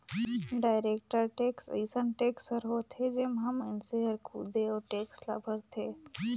direct tax अइसन tax हर होथे जेम्हां मइनसे हर खुदे ओ टेक्स ल भरथे